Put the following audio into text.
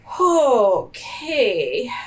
Okay